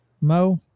Mo